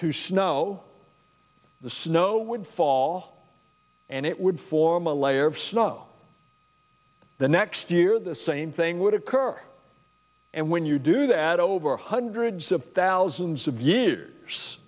to snow the snow would fall and it would form a layer of snow the next year the same thing would occur and when you do that over hundreds of thousands of years